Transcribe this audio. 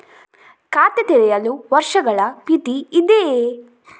ಖಾತೆ ತೆರೆಯಲು ವರ್ಷಗಳ ಮಿತಿ ಇದೆಯೇ?